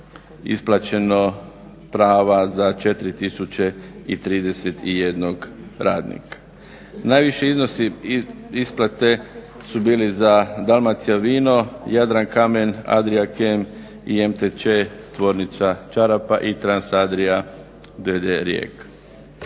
isplaćeno prava za 4031 radnika. Najviši iznosi, isplate su bili za Dalmacija vino, Jadran kamen, Adriachem i MTČ tvornica čarapa i Transadria d.d. Rijeka.